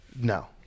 no